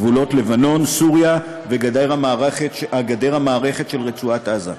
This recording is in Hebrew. גבולות לבנון, סוריה וגדר המערכת של רצועת עזה.